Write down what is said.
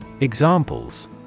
Examples